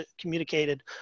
communicated